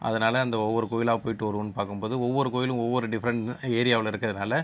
அதனால் அந்த ஒவ்வொரு கோவிலா போய்ட்டு வருவோம்ன்னு பார்க்கும்போது ஒவ்வொரு கோவிலும் ஒவ்வொரு டிஃபரெண்ட் ஏரியாவில் இருக்கிறதுனால